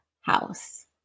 house